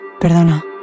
Perdona